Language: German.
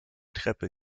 treppe